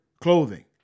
clothing